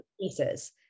pieces